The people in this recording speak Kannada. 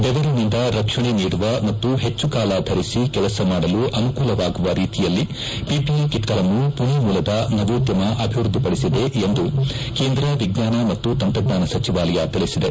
ಬೆವರಿನಿಂದ ರಕ್ಷಣೆ ನೀಡುವ ಮತ್ತು ಹೆಚ್ಚು ಕಾಲ ಧರಿಸಿ ಕೆಲಸ ಮಾಡಲು ಅನುಕೂಲವಾಗುವ ರೀತಿಯಲ್ಲಿ ಪಿಪಿಇ ಕಿಟ್ಗಳನ್ನು ಪುಣೆ ಮೂಲದ ನವೋದ್ದಮ ಅಭಿವೃದ್ದಿಪಡಿಸಿದೆ ಎಂದು ಕೇಂದ್ರ ವಿಜ್ಞಾನ ಮತ್ತು ತಂತ್ರಜ್ಞಾನ ಸಚವಾಲಯ ತಿಳಿಸಿದೆ